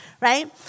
right